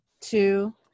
two